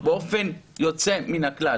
באופן יוצא מן הכלל.